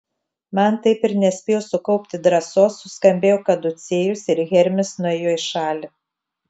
man taip ir nespėjus sukaupti drąsos suskambėjo kaducėjus ir hermis nuėjo į šalį